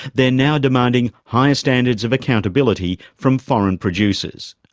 they're now demanding higher standards of accountability from foreign producers.